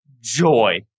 joy